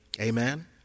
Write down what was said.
Amen